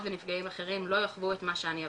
ונפגעים אחרים לא יחוו את מה שאני עברתי,